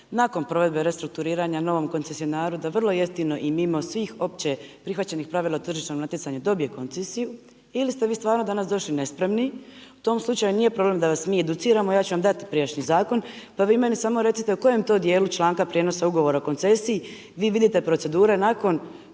nakon provedbe restrukturiranja novom koncesionaru da vrlo jeftino i mimo svih opće prihvaćenih pravila tržišnog natjecanja dobije koncesiju ili ste vi stvarno danas došli nespremni u tom slučaju nije problem da vas mi educiramo. Ja ću vam dati prijašnji zakon. Pa vi meni samo recite, u kojem to dijelu članka Prijenosa ugovora o koncesiji vi vidite procedure nakon